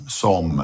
som